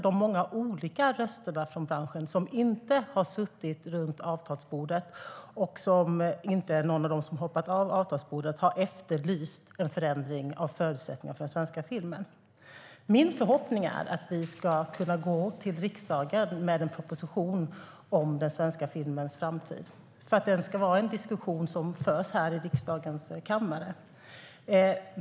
De många olika representanterna för branschen som inte har suttit runt avtalsbordet och som inte är någon av dem som har lämnat avtalsbordet har efterlyst en förändring av förutsättningarna för den svenska filmen. Min förhoppning är att vi ska kunna komma till riksdagen med en proposition om den svenska filmens framtid för att det ska vara en diskussion som förs i riksdagens kammare.